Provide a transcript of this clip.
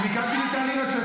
תגיד לי, אתה רציני?